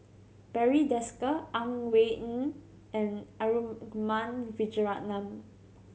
Barry Desker Ang Wei Neng and Arumugam Vijiaratnam